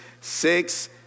Six